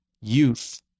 youth